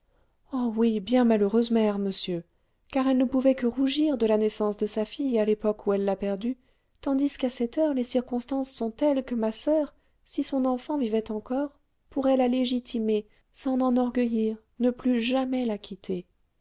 oh oui bien malheureuse mère monsieur car elle ne pouvait que rougir de la naissance de sa fille à l'époque où elle l'a perdue tandis qu'à cette heure les circonstances sont telles que ma soeur si son enfant vivait encore pourrait la légitimer s'en enorgueillir ne plus jamais la quitter